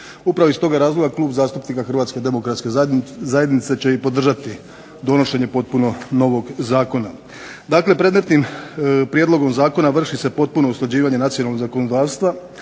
Upravo iz toga razloga Klub zastupnika HDZ-a će i podržati donošenje potpuno novog zakona. Dakle, predmetnim prijedlogom zakona vrši se potpuno usklađivanje nacionalnog zakonodavstva